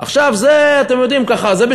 על מחירי המזון?